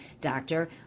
Doctor